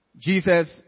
Jesus